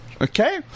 Okay